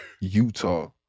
Utah